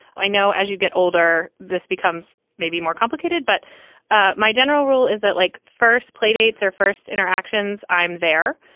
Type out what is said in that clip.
i know as you get older, this becomes maybe more complicated. but ah my general rule is that like first play dates are first interactions. i'm there.